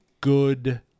good